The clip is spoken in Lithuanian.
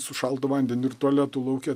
su šaltu vandeniu ir tualetu lauke